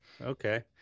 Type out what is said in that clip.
Okay